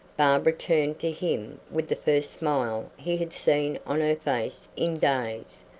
barbara turned to him with the first smile he had seen on her face in days.